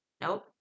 nope